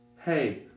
Hey